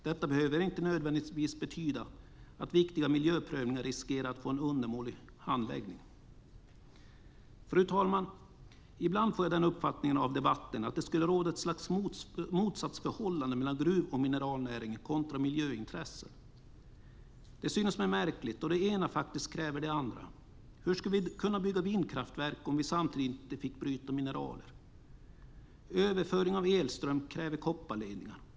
Detta behöver inte nödvändigtvis betyda att viktiga miljöprövningar riskerar att få en undermålig handläggning. Fru talman! Ibland får jag det intrycket av debatten att det skulle råda ett slags motsatsförhållande mellan gruv och mineralnäring och miljöintressen. Det synes mig märkligt då det ena faktiskt kräver det andra. Hur skulle vi kunna bygga vindkraftverk om vi samtidigt inte fick bryta mineraler? Överföring av elström kräver kopparledningar.